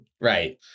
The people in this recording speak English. right